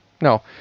no